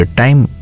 time